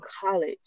college